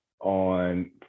on